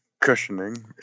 cushioning